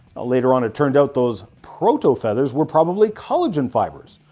ah later on, it turned out those protofeathers were probably collagen fibers,